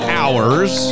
hours